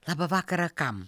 labą vakarą kam